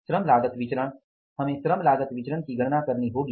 श्रम लागत विचरण हमें श्रम लागत विचरण की गणना करनी होगी